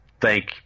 thank